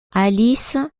alice